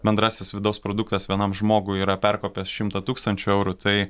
bendrasis vidaus produktas vienam žmogui yra perkopęs šimtą tūkstančių eurų tai